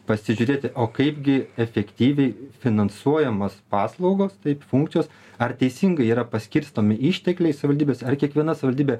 pasižiūrėti o kaipgi efektyviai finansuojamos paslaugos taip funkcijos ar teisingai yra paskirstomi ištekliai savivaldybėse ar kiekviena savivaldybė